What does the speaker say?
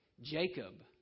Jacob